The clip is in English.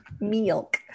Milk